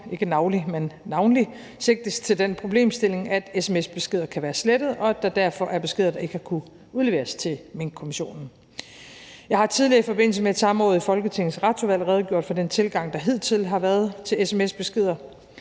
sådan, at der navnlig sigtes til den problemstilling, at sms-beskeder kan være blevet slettet, og at der derfor er beskeder, der ikke har kunnet udleveres til Minkkommissionen. Jeg har tidligere i forbindelse med et samråd i Folketingets Retsudvalg redegjort for den tilgang til sms-beskeder,